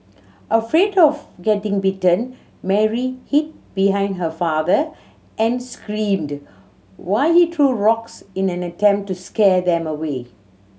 afraid of getting bitten Mary hid behind her father and screamed while he threw rocks in an attempt to scare them away